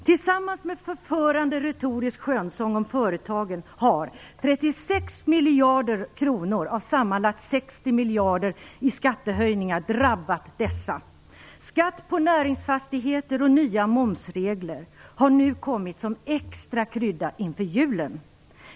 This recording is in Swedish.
Tillsammans med förförande retorisk skönsång om företagen har 36 miljarder kronor av sammanlagt 60 miljarder kronor i skattehöjningar drabbat dessa. Skatt på näringsfastigheter och nya momsregler har nu kommit som extra krydda inför julen.